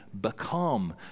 become